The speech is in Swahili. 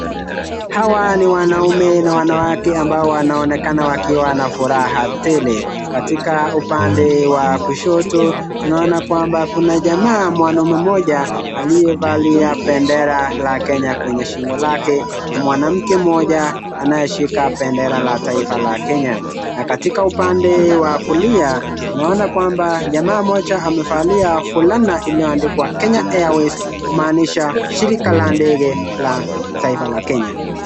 Hawa ni wanaume na wanawake ambao wanaonekana wakiwa na furaha tele. Katika upande wa kushoto tunaona kwamba kuna jamaa mwanaume mmoja amevalia bendera la Kenya kwenye shingo lake na mwanamke mmoja anayeshika bendera la taifa la kenya na katika upande wa kulia tunaona kwamba jamaa mmoja amevalia fulani iliyoandikwa Kenya Airways kumaanisha shirika la ndege la taifa ya kenya.